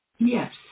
Yes